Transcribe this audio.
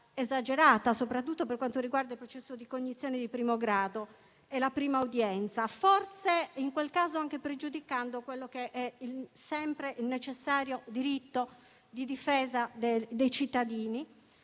esagerata, soprattutto per quanto riguarda il processo di cognizione di primo grado e la prima udienza, forse in quel caso anche pregiudicando quello che è sempre il necessario diritto di difesa dei cittadini